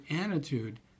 attitude